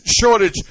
shortage